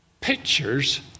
pictures